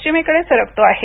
चिमेकडे सरकतो आहे